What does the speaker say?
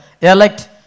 elect